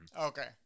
Okay